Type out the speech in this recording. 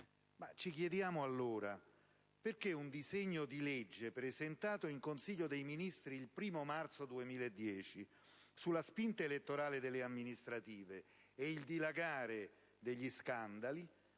Ci chiediamo allora perché un disegno di legge presentato in Consiglio dei ministri il 1° marzo 2010, sulla spinta elettorale delle amministrative e il dilagare degli scandali,